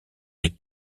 les